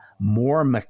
more